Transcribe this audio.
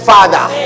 Father